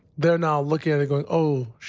they're now looking at it going, oh, sh,